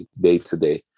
day-to-day